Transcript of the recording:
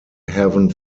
heaven